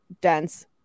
dense